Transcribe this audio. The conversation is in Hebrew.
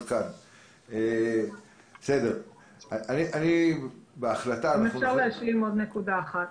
--- אני מבקשת להשלים עוד נקודה אחת.